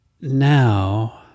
now